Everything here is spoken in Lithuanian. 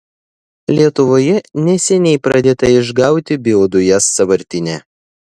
lietuvoje neseniai pradėta išgauti biodujas sąvartyne